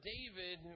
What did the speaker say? David